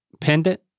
pendant